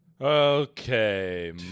Okay